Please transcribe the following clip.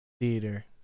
theater